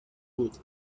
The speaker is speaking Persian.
بود